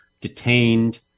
detained